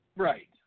right